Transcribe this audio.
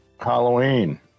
Halloween